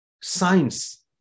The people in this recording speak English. science